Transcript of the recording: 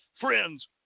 Friends